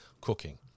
cooking